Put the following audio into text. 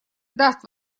даст